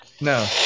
No